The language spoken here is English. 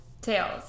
Tails